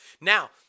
Now